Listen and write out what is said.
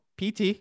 PT